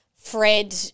Fred